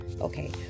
okay